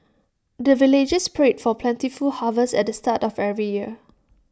the villagers pray for plentiful harvest at the start of every year